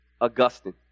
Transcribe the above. Augustine